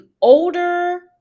older